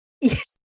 Yes